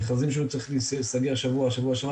מכרזים שהיו צריכים להסגר בשבוע שעבר והשבוע,